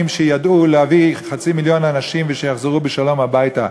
שידעו להביא חצי מיליון אנשים ושיחזרו בשלום הביתה.